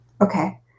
Okay